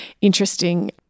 interesting